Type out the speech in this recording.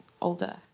older